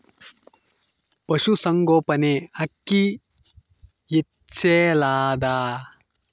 ಪಶುಸಂಗೋಪನೆ ಅಕ್ಕಿ ಹೆಚ್ಚೆಲದಾ?